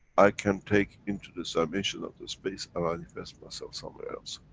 i can take into this dimension of the space and manifest myself somewhere else.